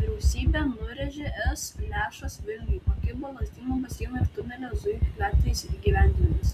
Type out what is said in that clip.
vyriausybė nurėžė es lėšas vilniui pakibo lazdynų baseino ir tunelio zuikių gatvėje įgyvendinimas